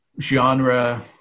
genre